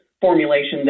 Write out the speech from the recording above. formulation